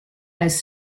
has